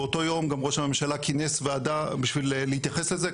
באותו יום גם ראש הממשלה כינס ועדה בשביל להתייחס לזה,